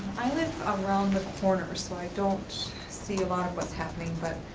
i live around the corner, so i don't see a lot of what's happening, but